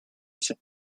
type